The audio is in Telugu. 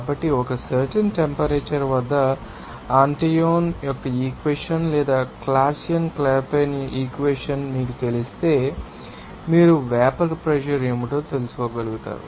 కాబట్టి ఒక సర్టెన్ టెంపరేచర్ వద్ద ఆంటోయిన్ యొక్క ఈక్వెషన్ లేదా క్లాసియస్ క్లాపెరాన్ ఈక్వెషన్ మీకు తెలిస్తే మీరు వేపర్ ప్రెషర్ ఏమిటో తెలుసుకోగలుగుతారు